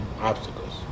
obstacles